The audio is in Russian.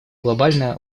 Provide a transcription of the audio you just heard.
глобальная